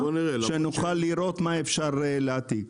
כדי שנוכל לראות מה אפשר להעתיק.